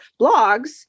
blogs